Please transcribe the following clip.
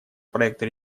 проекта